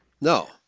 No